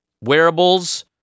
Wearables